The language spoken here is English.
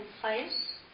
Place